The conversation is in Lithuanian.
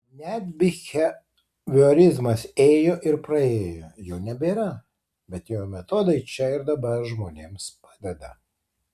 net biheviorizmas ėjo ir praėjo jo nebėra bet jo metodai čia ir dabar žmonėms padeda